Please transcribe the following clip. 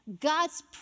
God's